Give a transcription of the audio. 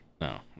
No